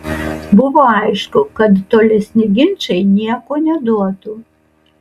buvo aišku kad tolesni ginčai nieko neduotų